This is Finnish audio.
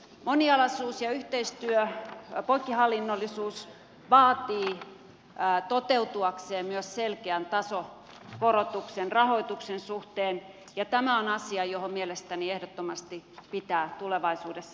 monialaisuus ja yhteistyö poikkihallinnollisuus vaativat toteutuakseen myös selkeän tasokorotuksen rahoituksen suhteen ja tämä on asia johon mielestäni ehdottomasti pitää tulevaisuudessa sitoutua